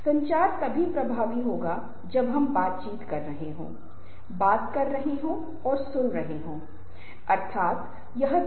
अब समूह संचार रोजमर्रा की बात और रिश्तों विशेष रूप से लोगों के बीच संबंधों के बारे में है